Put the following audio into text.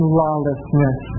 lawlessness